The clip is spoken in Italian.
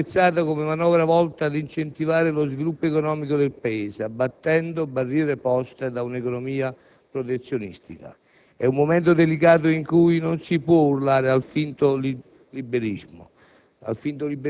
Perciò, va apprezzata come manovra volta ad incentivare lo sviluppo economico del Paese, abbattendo barriere poste da un'economia protezionistica. È un momento delicato in cui non si può gridare al «finto liberismo»